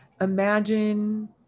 imagine